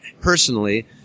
personally